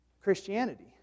Christianity